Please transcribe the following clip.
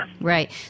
Right